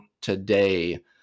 today